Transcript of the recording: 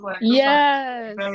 yes